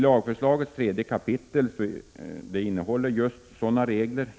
Lagförslagets tredje kapitel innehåller just sådana regler.